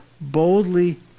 boldly